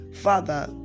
father